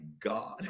God